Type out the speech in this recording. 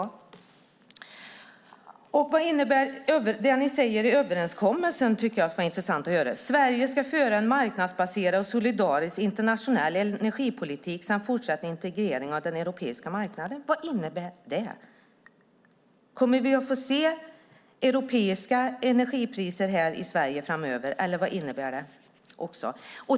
Det skulle vara intressant att höra vad det ni säger i överenskommelsen innebär: Sverige ska föra en marknadsbaserad och solidarisk internationell energipolitik samt fortsatt integrering av marknaden. Kommer vi att få se europeiska energipriser här i Sverige framöver, eller vad innebär det?